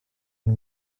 une